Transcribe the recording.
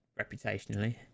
reputationally